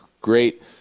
great